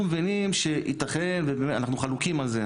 מבינים שייתכן - ואנחנו חלוקים על זה,